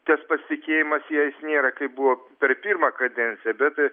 tas pasikėjimas ja jis nėra kaip buvo per pirmą kadenciją bet